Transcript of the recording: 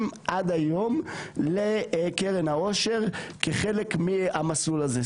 עד היום לקרן העושר כחלק מהמסלול הזה,